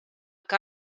que